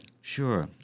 sure